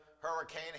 Hurricane